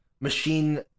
machine